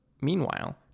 Meanwhile